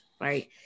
right